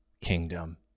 kingdom